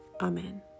Amen